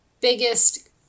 biggest